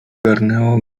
ogarnęło